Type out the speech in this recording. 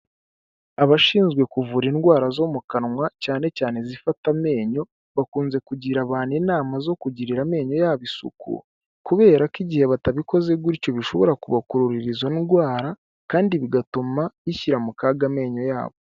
Abashinzwe kuvura indwara zo mu kanwa cyane cyane izifata amenyo, bakunze kugira abantu inama zo kugirira amenyo yabo isuku kubera ko igihe batabikoze gutyo bishobora kubakururira izo ndwara kandi bigatuma bishyira mu kaga amenyo yabo.